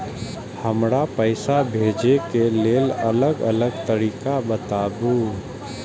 हमरा पैसा भेजै के लेल अलग अलग तरीका बताबु?